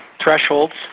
thresholds